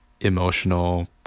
emotional